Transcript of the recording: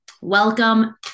welcome